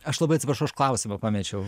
aš labai atsiprašau aš klausimą pamečiau